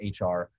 HR